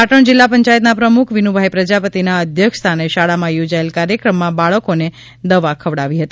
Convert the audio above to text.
પાટણ જિલ્લા પંચાયતના પ્રમુખ વિનુભાઈ પ્રજાપતિના અધ્યક્ષસ્થાને શાળામાં યોજાયેલ કાર્યક્રમમાં બાળકોને દવા ખવડાવવી હતી